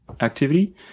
activity